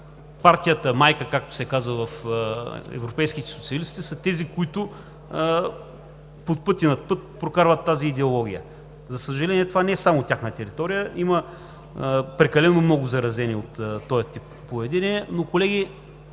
Партията майка, както казват европейските социалисти, са тези, които под път и над път прокарват тази идеология. За съжаление, това не е само тяхна територия, има прекалено много заразени от този тип поведение, но, колеги,